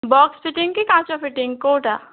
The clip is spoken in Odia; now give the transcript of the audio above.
ବକ୍ସ ଫିଟିଙ୍ଗ କି କାଚ ଫିଟିଙ୍ଗ କେଉଁଟା